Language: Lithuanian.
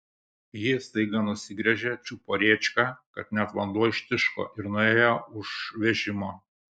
ji staiga nusigręžė čiupo rėčką kad net vanduo ištiško ir nuėjo už vežimo